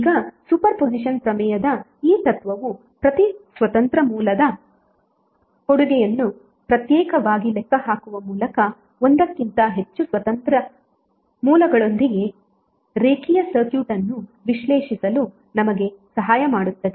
ಈಗ superposition ಪ್ರಮೇಯದ ಈ ತತ್ವವು ಪ್ರತಿ ಸ್ವತಂತ್ರ ಮೂಲದ ಕೊಡುಗೆಯನ್ನು ಪ್ರತ್ಯೇಕವಾಗಿ ಲೆಕ್ಕಹಾಕುವ ಮೂಲಕ ಒಂದಕ್ಕಿಂತ ಹೆಚ್ಚು ಸ್ವತಂತ್ರ ಮೂಲಗಳೊಂದಿಗೆ ರೇಖೀಯ ಸರ್ಕ್ಯೂಟ್ ಅನ್ನು ವಿಶ್ಲೇಷಿಸಲು ನಮಗೆ ಸಹಾಯ ಮಾಡುತ್ತದೆ